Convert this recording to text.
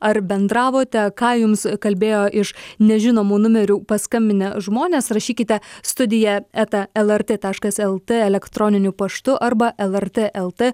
ar bendravote ką jums kalbėjo iš nežinomų numerių paskambinę žmonės rašykite studija eta lrt taškas lt elektroniniu paštu arba lrt lt